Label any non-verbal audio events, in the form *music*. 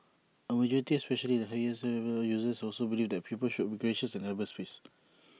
A majority especially the heaviest *unintelligible* users also believed that people should be gracious in cyberspace *noise*